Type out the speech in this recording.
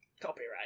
Copyright